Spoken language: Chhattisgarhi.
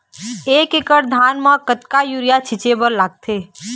एक एकड़ धान म कतका यूरिया छींचे बर लगथे?